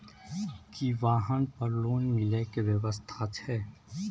की वाहन पर लोन मिले के व्यवस्था छै?